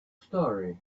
story